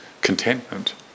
contentment